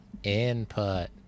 input